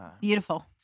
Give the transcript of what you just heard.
Beautiful